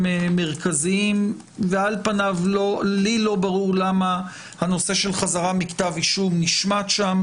מרכזיים ועל פניו לי לא ברור למה הנושא של חזרה מכתב אישום נשמט שם.